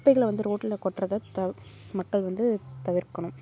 குப்பைகளை வந்து ரோட்டில கொட்டுறத தவி மக்கள் வந்து தவிர்க்கணும்